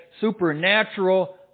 supernatural